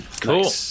Cool